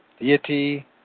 deity